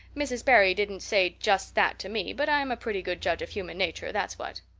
mrs. barry didn't say just that to me, but i'm a pretty good judge of human nature, that's what.